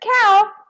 Cow